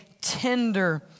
tender